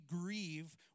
grieve